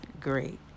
great